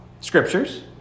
Scriptures